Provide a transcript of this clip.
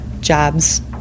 jobs